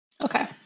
Okay